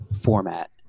format